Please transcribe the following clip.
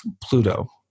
Pluto